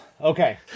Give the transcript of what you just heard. Okay